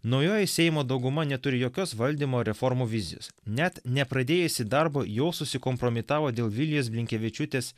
naujoji seimo dauguma neturi jokios valdymo reformų vizijos net nepradėjusi darbo jau susikompromitavo dėl vilijos blinkevičiūtės